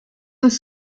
uns